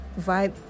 vibe